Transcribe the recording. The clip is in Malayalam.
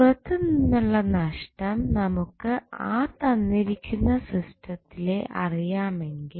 പുറത്തുനിന്നുള്ള നഷ്ടം നമുക്ക് ആ തന്നിരിക്കുന്ന സിസ്റ്റത്തിലെ അറിയാമെങ്കിൽ